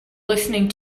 listening